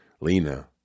Lena